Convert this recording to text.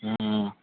ꯎꯝ